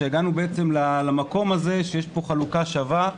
שהגענו למקום הזה שיש פה חלוקה שווה.